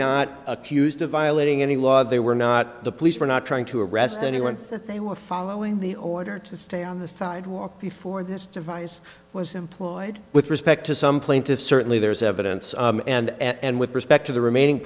not accused of violating any law they were not the police were not trying to arrest anyone that they were following the order to stay on the sidewalk before this device was employed with respect to some plaintiffs certainly there is evidence and with respect to the remaining